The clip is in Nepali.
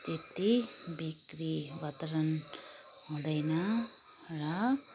त्यत्ति बिक्री पत्र पनि हुँदैन र